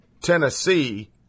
Tennessee